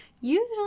usually